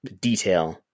detail